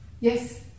Yes